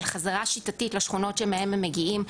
על חזרה שיטתית לשכונות שמהן הם מגיעים,